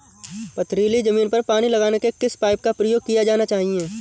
पथरीली ज़मीन पर पानी लगाने के किस पाइप का प्रयोग किया जाना चाहिए?